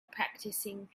practicing